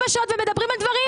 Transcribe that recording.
שבע שעות ומדברים על דברים.